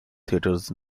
theatres